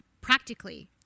practically